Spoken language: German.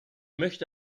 möchte